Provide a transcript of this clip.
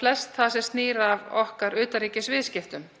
flest það sem snýr að okkar utanríkisviðskiptum.